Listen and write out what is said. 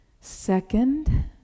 Second